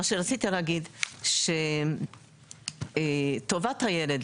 אנשים היום מתחתנים מאוחר כך שהסבים והסבתות יכולים להיות מבוגרים,